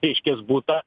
reiškias butą